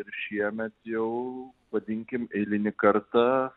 ir šiemet jau vadinkim eilinį kartą